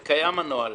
זה קיים, הנוהל.